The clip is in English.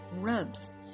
rubs